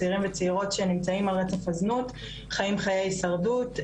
צעירים וצעירות שנמצאים על רצף הזנות חיים חיי הישרדות,